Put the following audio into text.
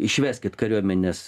išveskit kariuomenes